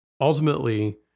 ultimately